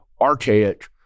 archaic